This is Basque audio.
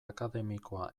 akademikoa